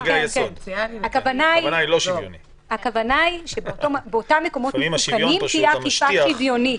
הכוונה היא שבאותם מקומות מסוכנים תהיה אכיפה שוויונית,